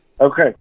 Okay